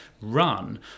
run